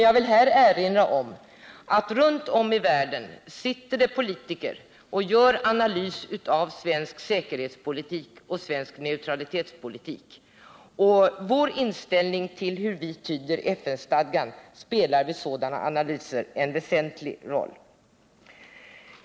Jag vill här också erinra om att det runt om i världen sitter politiker och analyserar den svenska säkerhetsoch neutralitetspolitiken. Vårt sätt att tyda FN-stadgan spelar vid sådana analyser en väsentlig roll.